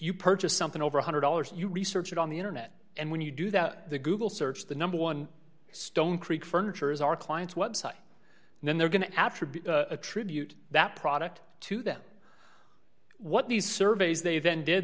you purchase something over one hundred dollars you research it on the internet and when you do that the google search the number one stone creek furniture is our client's website and then they're going to attribute attribute that product to them what these surveys they